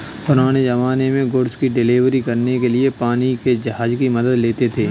पुराने ज़माने में गुड्स को डिलीवर करने के लिए पानी के जहाज की मदद लेते थे